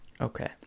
okay